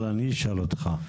אבל אני אשאל אותך.